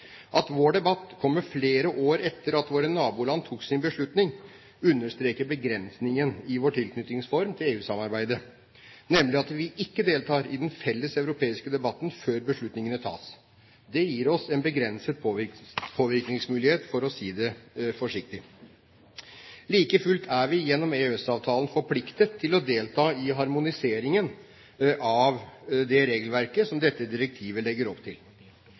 At vår debatt kommer flere år etter at våre naboland tok sin beslutning, understreker begrensningen i vår tilknytningsform til EU-samarbeidet, nemlig at vi ikke deltar i den felles europeiske debatten før beslutningene tas. Det gir oss en begrenset påvirkningsmulighet, for å si det forsiktig. Like fullt er vi gjennom EØS-avtalen forpliktet til å delta i harmoniseringen av det regelverket som dette direktivet legger opp til.